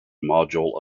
module